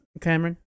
Cameron